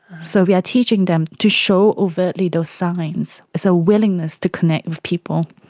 so we are teaching them to show overtly those signs, so a willingness to connect with people.